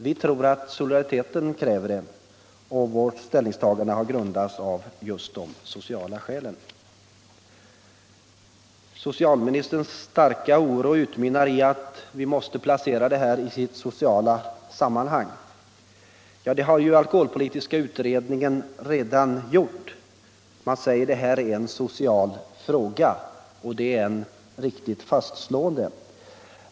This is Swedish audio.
Vi tror att solidariteten kräver det, och vårt ställningstagande har grundats på just de sociala skälen. Socialministerns starka oro utmynnar i att vi måste se detta problem i dess sociala sammanhang. Det har man ju redan gjort i den alkoholpolitiska utredningen när man säger att detta är en social fråga, och det är ett riktigt fastslående.